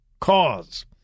cause